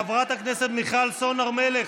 חברת הכנסת לימור סון הר מלך,